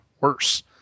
worse